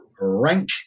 rank